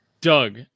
Doug